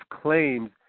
claims